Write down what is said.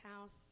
house